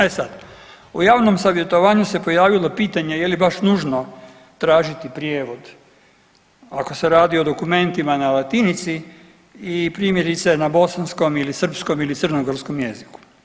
E sad, u javnom savjetovanju se pojavilo pitanje je li baš nužno tražiti prijevod ako se radi o dokumentima na latinici i primjerice na bosanskom ili srpskom ili crnogorskom jeziku.